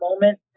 moment